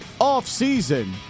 offseason